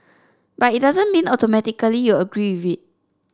but it doesn't mean automatically you agree with it